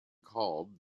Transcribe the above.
called